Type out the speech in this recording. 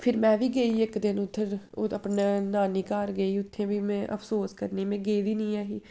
फिर में बी गेई इक दिन उत्थै अपने नानी घर गेई उत्थै भी में अफसोस करने गी में गेदी गै नेईं है ही